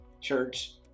church